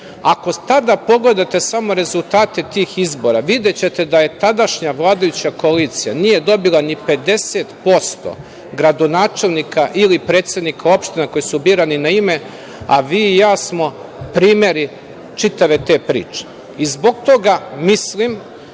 Ako tada pogledate samo rezultate tih izbora, videćete da je tadašnja vladajuća koalicija, nije dobila ni 50% gradonačelnika ili predsednika opština koji su birani na ime, a vi i ja smo primeri čitave ti priče. Zbog toga mislim